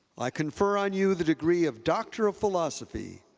i confer on you the degree of doctor of philosophy,